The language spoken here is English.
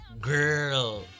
Girl